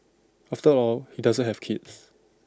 after all he doesn't have kids